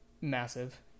massive